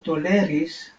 toleris